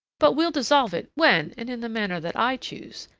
but we'll dissolve it when and in the manner that i choose,